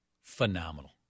phenomenal